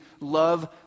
love